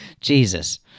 Jesus